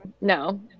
No